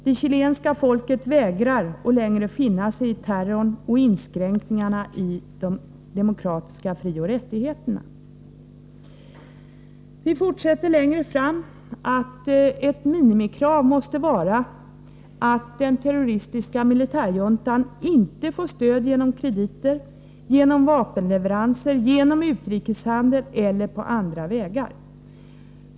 Det chilenska folket vägrar att längre finna sig i terrorn och inskränkningarna i de demokratiska frioch rättigheterna.” Litet längre fram säger vi att ett minimikrav måste vara att den terroristiska militärjuntan inte får stöd genom krediter, genom vapenleveranser, genom utrikeshandel eller på andra vägar.